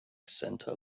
centre